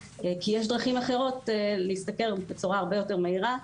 כי יש דרכים אחרות להשתכר ובצורה הרבה יותר מהירה.